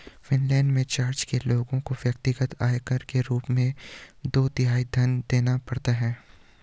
Finland में church के लोगों को व्यक्तिगत आयकर के रूप में दो तिहाई धन देना पड़ता है